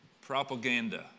propaganda